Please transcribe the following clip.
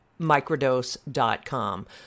microdose.com